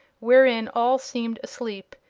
wherein all seemed asleep,